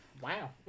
Wow